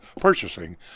purchasing